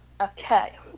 Okay